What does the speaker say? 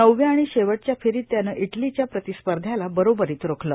नवव्या आणि शेवटच्या फेरीत त्यानं इटलीच्या प्रतिस्पर्ध्याला बरोबरीत रोखलं